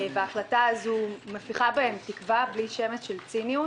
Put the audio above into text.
וההחלטה הזאת מפיחה בהם תקווה, בלי שמץ של ציניות.